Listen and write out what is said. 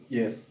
Yes